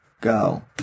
go